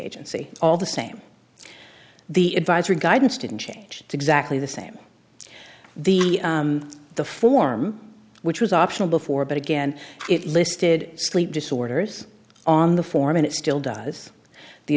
agency all the same the advisory guidance didn't change exactly the same the the form which was optional before but again it listed sleep disorders on the form and it still does the